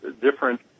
different